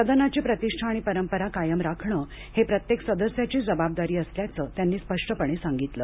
सदनाची प्रतिष्ठा आणि परंपरा कायम राखणं ही प्रत्येक सदस्याची जबाबदारी असल्याचं त्यांनी स्पष्टपणे सांगितलं